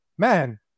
Man